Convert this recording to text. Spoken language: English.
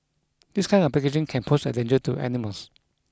this kind of packaging can pose a danger to animals